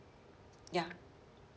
ya